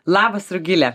labas rugile